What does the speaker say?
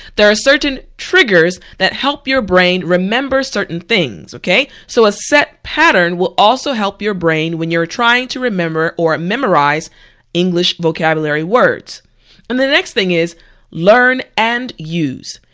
there are certain triggers that help your brain remember certain things so a set pattern will also help your brain when you are trying to remember or memorize english vocabulary words and the next thing is learn and use.